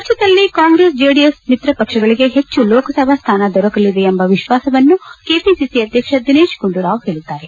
ರಾಜ್ಯದಲ್ಲಿ ಕಾಂಗ್ರೆಸ್ ಜೆಡಿಎಸ್ ಮಿತ್ರಪಕ್ಷಗಳಿಗೆ ಹೆಚ್ಚು ಲೋಕಸಭಾ ಸ್ವಾನ ದೊರಕಲಿದೆ ಎಂಬ ವಿಶ್ವಾಸವನ್ನು ಕೆಪಿಸಿಸಿ ಅಧ್ಯಕ್ಷ ದಿನೇಶ್ಗುಂಡೂರಾವ್ ಹೇಳಿದ್ದಾರೆ